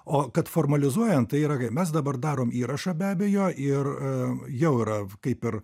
o kad formalizuojant tai yra mes dabar darom įrašą be abejo ir jau yra kaip ir